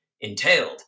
entailed